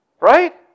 Right